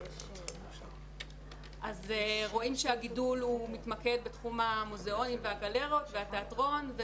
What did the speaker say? אז רואים שהגידול מתמקד בתחום המוזיאונים והגלריות והתיאטרון,